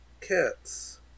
Cats